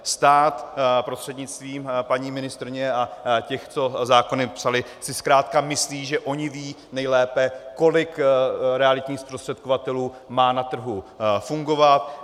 Stát prostřednictvím paní ministryně a těch, co zákony psali, si zkrátka myslí, že on ví nejlépe, kolik realitních zprostředkovatelů má na trhu fungovat.